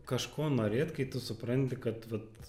kažko norėt kai tu supranti kad vat